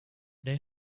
they